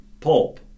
Pulp